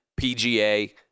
PGA